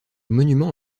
monument